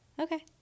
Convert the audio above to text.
okay